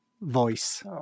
voice